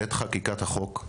בעת חקיקת החוק,